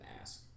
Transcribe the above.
ask